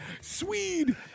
Swede